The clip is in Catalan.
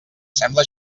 sembla